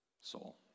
soul